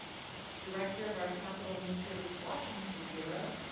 director of our capital news service washington bureau,